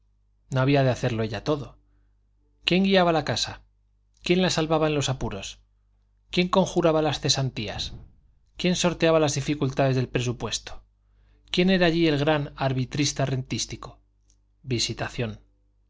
no había de hacerlo ella todo quién guiaba la casa quién la salvaba en los apuros quién conjuraba las cesantías quién sorteaba las dificultades del presupuesto quién era allí el gran arbitrista rentístico visitación